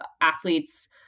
athletes